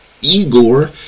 Igor